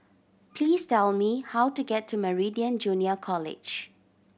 please tell me how to get to Meridian Junior College